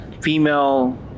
female